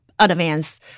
advance